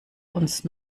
uns